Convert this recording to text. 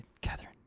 Catherine